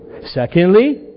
Secondly